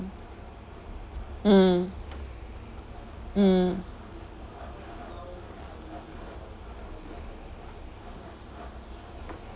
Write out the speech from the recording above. mm mm